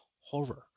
horror